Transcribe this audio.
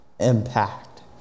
Impact